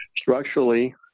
Structurally